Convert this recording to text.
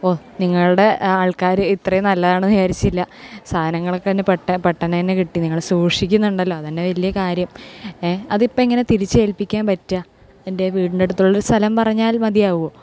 ഓ നിങ്ങളുടെ ആൾക്കാർ ഇത്രയും നല്ലതാണ് വിചാരിച്ചില്ല സാധനങ്ങളൊക്കെ തന്നെ പെട്ടനെ തന്നെ കിട്ടി നിങ്ങൾ സൂക്ഷിക്കുന്നുണ്ടല്ലോ അത് തന്നെ വല്യ കാര്യം അതിപ്പം എങ്ങനെ തിരിച്ച് ഏൽപ്പിക്കാൻ പറ്റുക എൻ്റെ വീടിൻ്റെ അടുത്തുള്ള ഒരു സ്ഥലം പറഞ്ഞാൽ മതിയാകുമോ